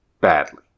badly